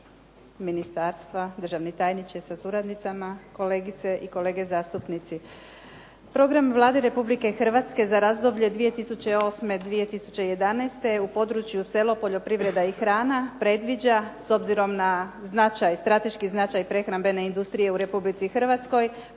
ministarstva, državni tajniče sa suradnicima, kolegice i kolege zastupnici. Program Vlade Republike Hrvatske za razdoblje 2008./2011. je u području selo, poljoprivreda i hrana predviđa s obzirom na značaj, strateški značaj prehrambene industrije u Republici Hrvatskoj